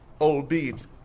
Albeit